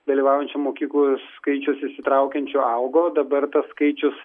dalyvaujančių mokyklų skaičius įsitraukiančių augo dabar tas skaičius